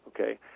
Okay